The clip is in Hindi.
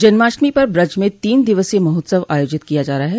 जनमाष्टमी पर ब्रज में तीन दिवसीय महोत्सव आयोजित किया जा रहा है